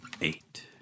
Eight